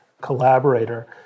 collaborator